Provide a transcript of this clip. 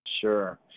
Sure